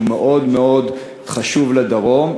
שהוא מאוד מאוד חשוב לדרום,